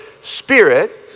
spirit